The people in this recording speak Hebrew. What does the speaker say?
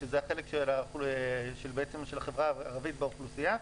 שזה החלק של החברה הערבית באוכלוסייה.